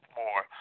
more